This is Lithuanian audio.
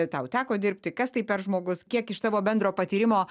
tau teko dirbti kas tai per žmogus kiek iš tavo bendro patyrimo